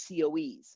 COEs